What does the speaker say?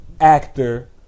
actor